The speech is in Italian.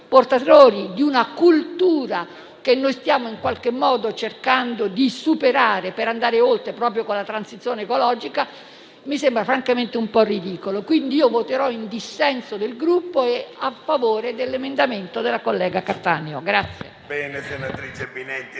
soprattutto di una cultura che stiamo in qualche modo cercando di superare per andare oltre proprio con la transizione ecologica, mi sembra francamente un po' ridicolo. Pertanto io voterò in dissenso dal Gruppo e a favore dell'emendamento 5.200 della collega Cattaneo.